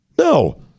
No